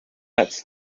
nets